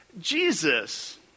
Jesus